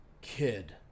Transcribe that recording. Kid